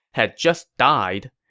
had just died.